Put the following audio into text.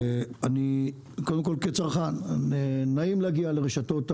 קודם כל כצרכן, נעים להגיע לרשתות הגדולות,